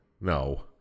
No